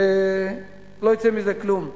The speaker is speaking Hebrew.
לא יצא מזה כלום.